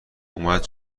اومد